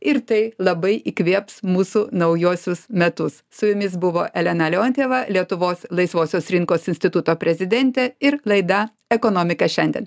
ir tai labai įkvėps mūsų naujuosius metus su jumis buvo elena leontjeva lietuvos laisvosios rinkos instituto prezidentė ir laida ekonomika šiandien